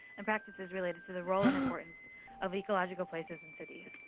and practices related to the role and importance of ecological places in cities.